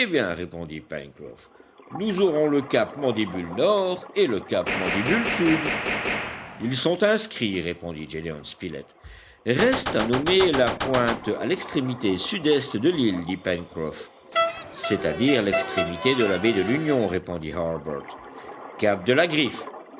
répondit pencroff nous aurons le cap mandibule nord et le cap mandibule sud ils sont inscrits répondit gédéon spilett reste à nommer la pointe à l'extrémité sud-est de l'île dit pencroff c'est-à-dire l'extrémité de la baie de l'union répondit harbert cap de la griffe